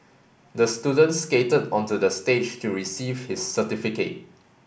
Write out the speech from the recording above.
the student skated onto the stage to receive his certificate